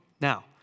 now